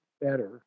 better